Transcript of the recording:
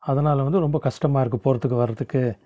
அதனால் வந்து ரொம்ப கஷ்டமாக இருக்கு போகறதுக்கு வர்றதுக்கு